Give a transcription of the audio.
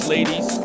Ladies